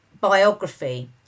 biography